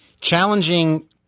challenging